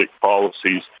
policies